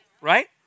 Right